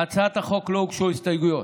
להצעת החוק לא הוגשו הסתייגויות,